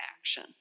action